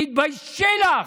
תתביישי לך.